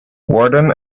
warden